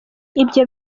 ibyo